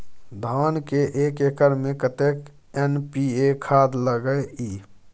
धान के एक एकर में कतेक एन.पी.ए खाद लगे इ?